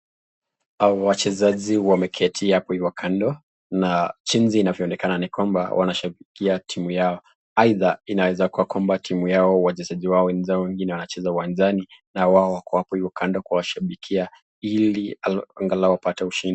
Hawa wachezaji wameketi hapa hivo kando na jinsi inavyoonekana ni kwamba wanashabikia timu yao aidha inaweza kuwa kwamba timu yao wenzao wengine wanacheza uwanjani na wao wako hapo hivo kando kuwashabikia ili angalau wapate ushindi.